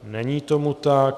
Není tomu tak.